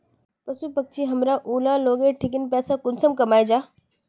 पशु पक्षी हमरा ऊला लोकेर ठिकिन पैसा कुंसम कमाया जा?